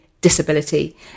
disability